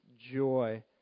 joy